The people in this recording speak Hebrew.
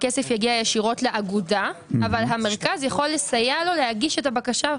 הכסף יגיע ישירות לאגודה אבל המרכז יכול לסייע לו להגיש את הבקשה.